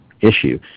issue